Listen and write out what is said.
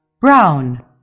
Brown